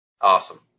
Awesome